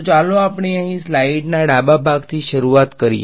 તો ચાલો આપણે અહીં સ્લાઇડના ડાબા ભાગથી શરૂઆત કરીએ